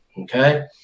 Okay